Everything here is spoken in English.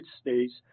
States